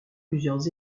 plusieurs